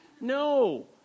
No